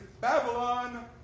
Babylon